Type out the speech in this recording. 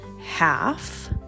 half